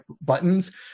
buttons